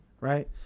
right